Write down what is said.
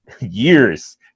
years